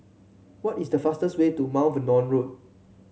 what is the fastest way to Mount Vernon Road